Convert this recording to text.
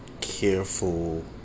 Careful